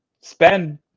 spend